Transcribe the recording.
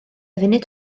funud